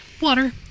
Water